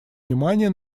внимание